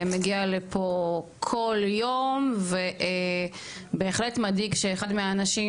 מגיע לפה כל יום וזה בהחלט מדאיג שאחד מהאנשים